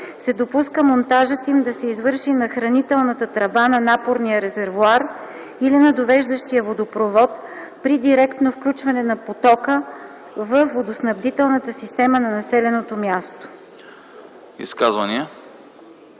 се допуска монтажът им да се извърши на хранителната тръба на напорния резервоар или на довеждащия водопровод, при директно включване на потока във водоснабдителната система на населеното място”.”